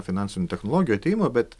finansinių technologijų atėjimąbet